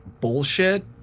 bullshit